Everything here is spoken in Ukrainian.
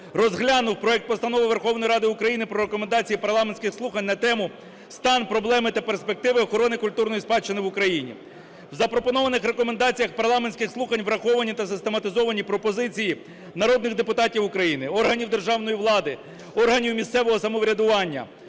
розглянув проект Постанови Верховної Ради України про Рекомендації парламентських слухань на тему: "Стан, проблеми та перспективи охорони культурної спадщини в Україні". В запропонованих рекомендаціях парламентських слухань враховані та систематизовані пропозиції народних депутатів України, органів державної влади, органів місцевого самоврядування,